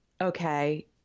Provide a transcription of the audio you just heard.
okay